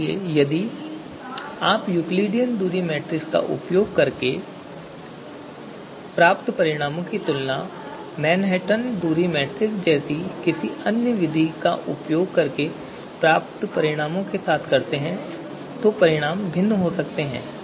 इसलिए यदि आप यूक्लिडियन दूरी मैट्रिक्स का उपयोग करके प्राप्त परिणामों की तुलना मैनहट्टन दूरी मीट्रिक जैसी किसी अन्य विधि का उपयोग करके प्राप्त परिणामों के साथ करते हैं तो परिणाम भिन्न हो सकता है